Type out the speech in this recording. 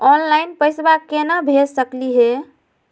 Online पैसवा केना भेज सकली हे?